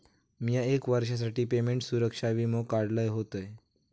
मिया एक वर्षासाठी पेमेंट सुरक्षा वीमो काढलय होतय